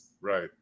Right